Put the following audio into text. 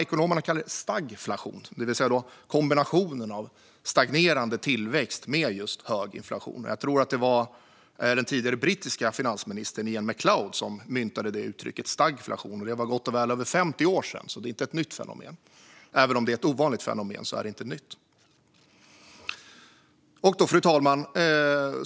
Ekonomerna kallar kombinationen av stagnerande tillväxt och just hög inflation för stagflation, fru talman. Jag tror för övrigt att det var den tidigare brittiske finansministern Iain Macleod som först myntade uttrycket stagflation för gott och väl över 50 år sedan. Det är alltså inte ett nytt fenomen även om det är ett ovanligt fenomen. Fru talman!